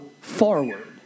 forward